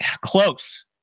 close